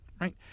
right